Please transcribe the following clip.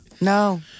No